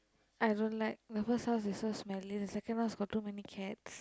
I don't like the first house is so smelly the second one's got to many cats